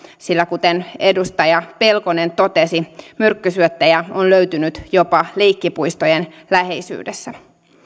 sillä kuten edustaja pelkonen totesi myrkkysyöttejä on löytynyt jopa leikkipuistojen läheisyydestä